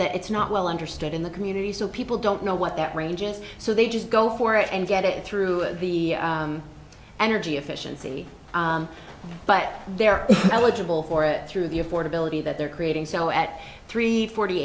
that it's not well understood in the community so people don't know what that ranges so they just go for it and get it through the energy efficiency but they're eligible for it through the affordability that they're creating so at three forty